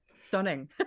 stunning